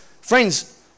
Friends